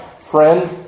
friend